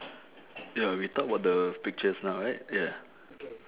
ya we talk about the pictures now right ya